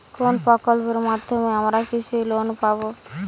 কোন প্রকল্পের মাধ্যমে আমরা কৃষি লোন পাবো?